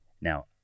Now